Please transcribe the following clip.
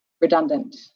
redundant